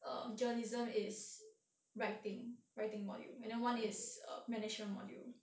err journalism is writing writing module and then one is err management module